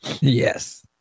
Yes